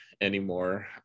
anymore